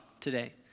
today